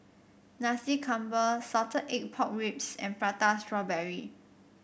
Nasi Campur Salted Egg Pork Ribs and Prata Strawberry